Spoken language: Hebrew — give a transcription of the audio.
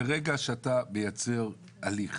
ברגע שאתה מייצר הליך